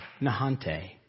Nahante